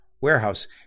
Warehouse